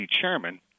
chairman